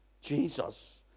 Jesus